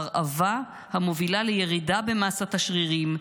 הרעבה המובילה לירידה במסת השרירים,